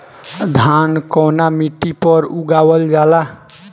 धान कवना मिट्टी पर उगावल जाला?